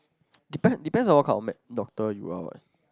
depend depends on what kind of med~ doctor you are what